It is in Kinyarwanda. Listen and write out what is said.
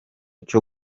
cyo